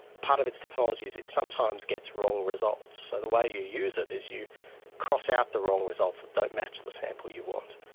part of its technology is it sometimes gets wrong results, and the way you use it is you cross out the wrong results that don't match the sample you want,